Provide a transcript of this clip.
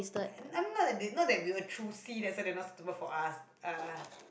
and not that not that we were choosy that's why they were not suitable for us uh